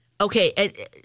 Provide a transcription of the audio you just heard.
Okay